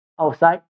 outside